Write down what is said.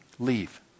Leave